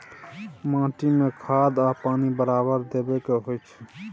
माटी में खाद आ पानी बराबर देबै के होई छै